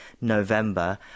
November